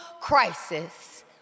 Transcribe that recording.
crisis